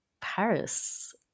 Paris